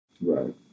Right